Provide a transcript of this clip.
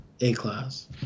A-class